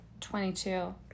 22